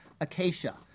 acacia